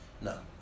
no